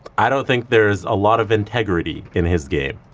i don't think there's a lot of integrity in his game.